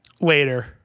Later